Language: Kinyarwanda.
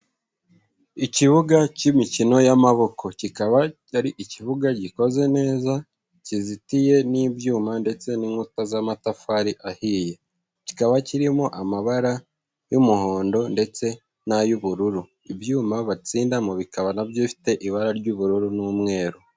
Ikibuga cy'imikino y'amaboko, kikaba ari ikibuga gikoze neza kizitiye n'ibyuma ndetse n'inkuta z'amatafari ahiye, kikaba kirimo amabara y'umuhondo ndetse n'ay'ubururu, ibyuma batsindamo, bikaba na byo bifite ibara ry'ubururu n'umweru.